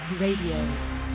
Radio